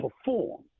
perform